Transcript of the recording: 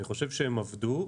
אני חושב שהם עבדו,